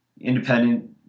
Independent